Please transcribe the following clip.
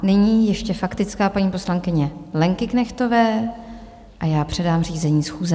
Nyní ještě faktická paní poslankyně Lenky Knechtové a já předám řízení schůze.